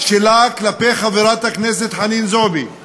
שלה כלפי חברת הכנסת חנין זועבי,